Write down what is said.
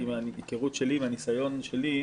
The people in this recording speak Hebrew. כי מהניסיון שלי,